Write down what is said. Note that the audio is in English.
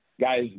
guys